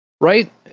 Right